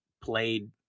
played